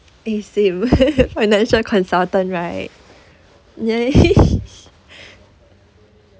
is it what financial consultant right ya